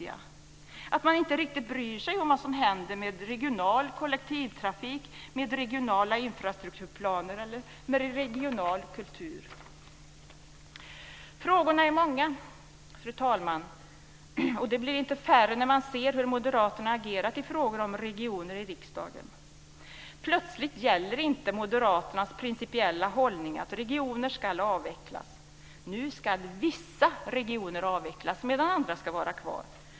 Bryr man sig inte riktigt om vad som händer med regional kollektivtrafik, med regionala infrastrukturplaner eller med regional kultur? Frågorna är många, fru talman. De blir inte färre när man ser hur moderaterna agerat i frågor om regioner i riksdagen. Plötsligt gäller inte moderaternas principiella hållning att regionerna ska avvecklas. Nu ska vissa regioner avvecklas, medan andra ska vara kvar.